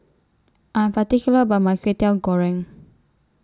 I'm particular about My Kwetiau Goreng